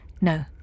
no